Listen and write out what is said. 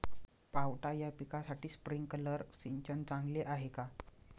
पावटा या पिकासाठी स्प्रिंकलर सिंचन चांगले आहे का?